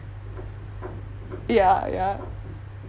ya ya